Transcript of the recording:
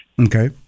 Okay